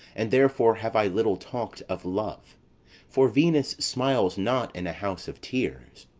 and therefore have i little talk'd of love for venus smiles not in a house of tears.